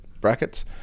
brackets